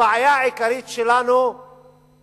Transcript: הבעיה העיקרית שלנו היא